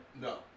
No